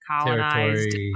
colonized